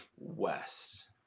West